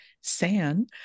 San